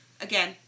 Again